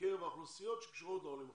בקרב האוכלוסיות שקשורות לעולים החדשים.